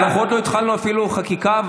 אנחנו עוד לא התחלנו אפילו חקיקה,